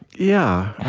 yeah.